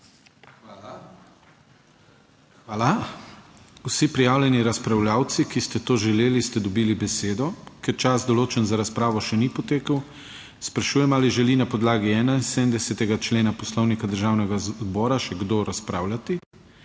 Hvala. Vsi prijavljeni razpravljavci, ki ste to želeli, ste dobili besedo. Ker čas določen za razpravo še ni potekel, sprašujem, ali želi na podlagi 71. člena Poslovnika Državnega zbora še kdo razpravljati?